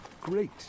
great